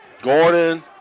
Gordon